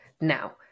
now